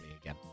again